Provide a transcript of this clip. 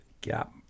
gap